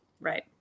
Right